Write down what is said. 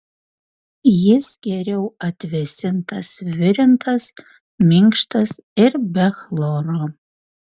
jis geriau atvėsintas virintas minkštas ir be chloro